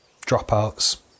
dropouts